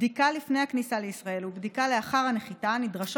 בדיקה לפני הכניסה לישראל ובדיקה לאחר הנחיתה נדרשות